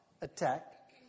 attack